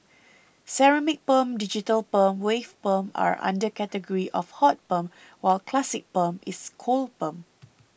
ceramic perm digital perm wave perm are under category of hot perm while classic perm is cold perm